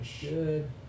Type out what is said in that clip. Good